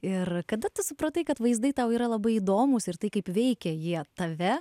ir kada tu supratai kad vaizdai tau yra labai įdomūs ir tai kaip veikia jie tave